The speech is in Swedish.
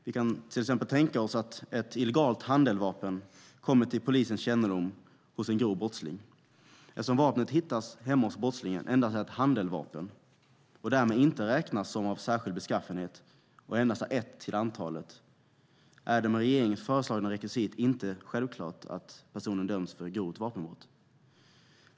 Vi kan till exempel tänka oss att ett illegalt handeldvapen hos en grov brottsling kommer till polisens kännedom. Eftersom vapnet hittas hemma hos brottslingen, endast är ett handeldvapen och därmed inte räknas som av särskild beskaffenhet, och endast är ett till antalet, är det med regeringens föreslagna rekvisit inte självklart att personen ska dömas för grovt vapenbrott.